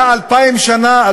אלפיים שנה,